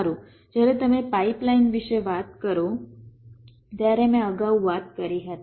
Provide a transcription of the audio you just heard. સારું જ્યારે તમે પાઇપલાઇન વિશે વાત કરો ત્યારે મેં અગાઉ વાત કરી હતી